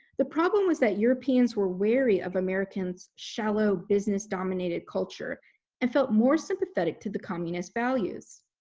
the problem was that europeans were wary of americans' shallow business dominated culture and felt more sympathetic to the communist values.